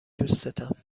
دوستتم